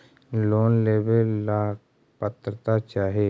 Loan लेवेला का पात्रता चाही?